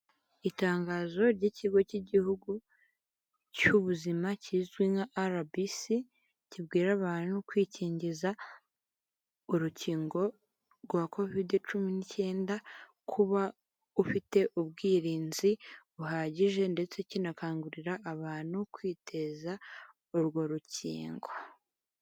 Itangazo ry'ikigo cy'igihugu cy'ubuzima kizwi nkaRBC kibwira abantu kwikingiza urukingo rwa covid cumi n'icyenda ko uba ufite ubwirinzi buhagije ndetse kinakangurira abantu kwiteza urwo rukingo.